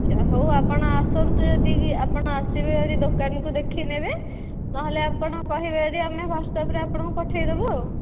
ଆଚ୍ଛା ହେଉ ଆପଣ ଆସନ୍ତୁ ଆପଣ ଯଦି ଆସିବେ ଦୋକାନରୁ ଦେଖି ନେବେ ନହେଲେ ଆପଣ କହିବେ ଯଦି ଆମେ ୱାଟସ୍ଆପରେ ଆପଣଙ୍କୁ ପଠାଇଦେବୁ ଆଉ